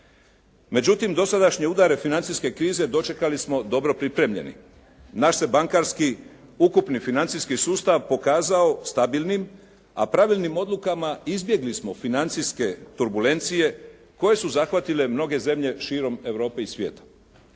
Međutim, dosadašnje udare financijske krize dočekali smo dobro pripremljeni. Naš se bankarski ukupni financijski sustav pokazao stabilnim a pravilnim odlukama izbjegli smo financijske turbulencije koje su zahvatile mnoge zemlje širom Europe i svijeta.